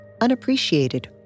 unappreciated